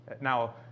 Now